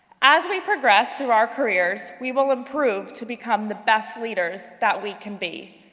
as we progress to our careers, we will improve to become the best leaders that we can be.